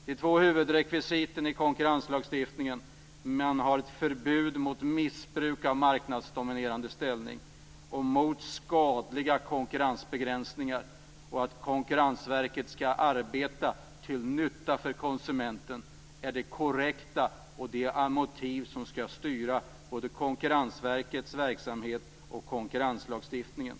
De två huvudrekvisiten i konkurrenslagstiftningen med förbud mot marknadsdominerande ställning och mot skadliga konkurrensbegränsningar och att Konkurrensverket skall arbeta till nytta för konsumenten är det korrekta och det motiv som skall styra både Konkurrensverkets verksamhet och konkurrenslagstiftningen.